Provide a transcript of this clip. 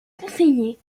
conseiller